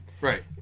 right